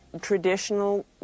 traditional